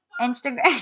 Instagram